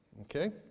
Okay